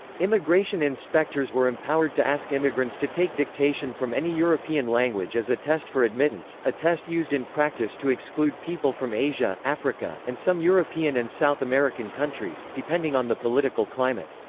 immigration inspectors were empowered to ask immigrants to take dictation from any european language as a test for admittance, a test used in practice to exclude people from asia, africa, and some european and south american countries, depending on the political climate.